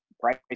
price